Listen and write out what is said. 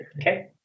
Okay